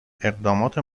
اقدامات